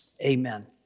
Amen